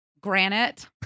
Granite